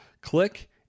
Click